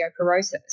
osteoporosis